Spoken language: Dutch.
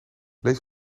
lees